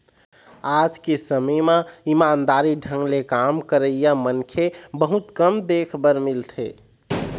आज के समे म ईमानदारी ढंग ले काम करइया मनखे बहुत कम देख बर मिलथें